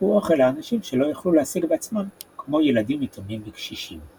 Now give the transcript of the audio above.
שסיפקו אוכל לאנשים שלא יכלו להשיג בעצמם כמו ילדים יתומים וקשישים.